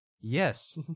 Yes